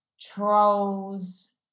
trolls